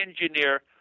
engineer